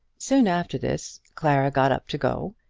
soon after this clara got up to go,